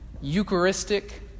Eucharistic